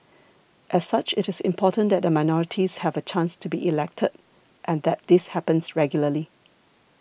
as such it is important that the minorities have a chance to be elected and that this happens regularly